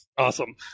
awesome